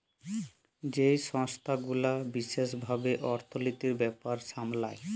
যেই সংস্থা গুলা বিশেস ভাবে অর্থলিতির ব্যাপার সামলায়